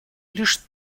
лишь